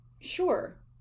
sure